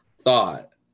thought